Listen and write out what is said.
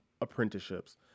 apprenticeships